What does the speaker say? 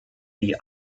die